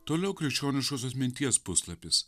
toliau krikščioniškosios minties puslapis